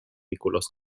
nikolaus